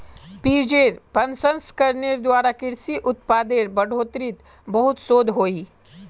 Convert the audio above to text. बिजेर प्रसंस्करनेर द्वारा कृषि उत्पादेर बढ़ोतरीत बहुत शोध होइए